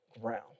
ground